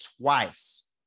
twice